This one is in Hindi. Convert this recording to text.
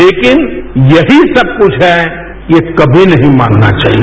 लेकिन यही सब क्छ है ये कमी नहीं मानना चाहिए